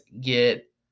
get